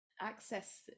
access